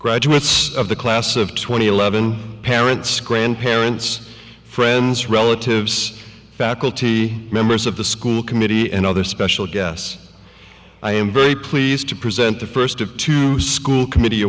graduates of the class of two thousand and eleven parents grandparents friends relatives faculty members of the school committee and other special guests i am very pleased to present the first of two school committee